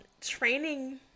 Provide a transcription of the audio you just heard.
training